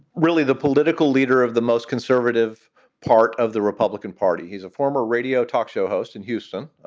really the political leader of the most conservative part of the republican party. he's a former radio talk show host in houston.